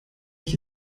ich